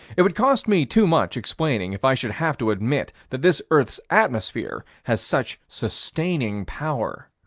it would cost me too much explaining, if i should have to admit that this earth's atmosphere has such sustaining power.